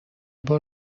بار